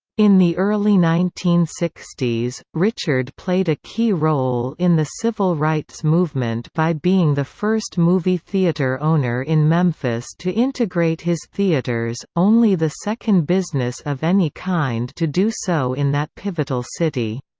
in the early nineteen sixty s, richard played a key role in the civil rights movement by being the first movie theater owner in memphis to integrate his theaters, only the second business of any kind to do so in that pivotal city.